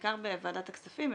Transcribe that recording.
בעיקר בוועדת הכספים,